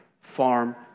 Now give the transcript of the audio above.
farm